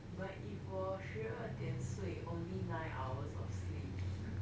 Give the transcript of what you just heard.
but if 我十二点睡 only nine hours of sleep